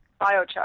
biochar